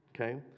Okay